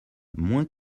moins